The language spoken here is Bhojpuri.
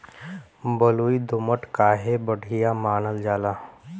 बलुई दोमट काहे बढ़िया मानल जाला?